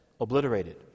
obliterated